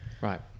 Right